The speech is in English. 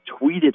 tweeted